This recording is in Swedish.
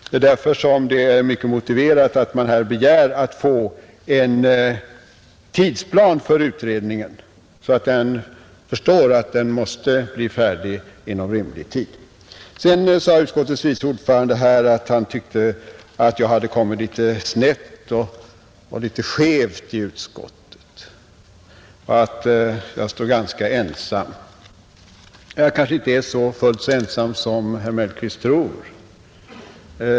Det är därför som det är mycket motiverat att man här begär att få en tidsplan för utredningen, så att dess ledamöter förstår att den måste bli färdig inom rimlig tid. Sedan sade utskottets vice ordförande att han tyckte att jag hade kommit litet snett och skevt i utskottet och att jag står ganska ensam. Men jag kanske inte är fullt så ensam som herr Mellqvist tror.